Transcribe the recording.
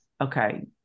Okay